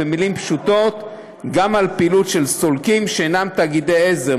במילים פשוטות: גם על פעילות של סולקים שאינם תאגידי עזר,